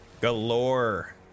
galore